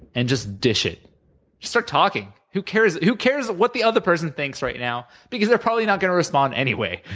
and just dish it. just start talking. who cares who cares what the other person thinks right now, because they're probably not gonna respond anyway.